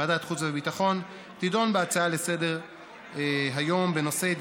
ועדת החוץ והביטחון תדון בהצעה לסדר-היום של חברי הכנסת נחמן שי,